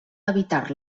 evitar